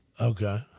Okay